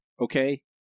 okay